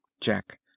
Jack